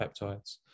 peptides